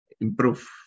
improve